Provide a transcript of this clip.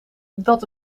dat